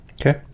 Okay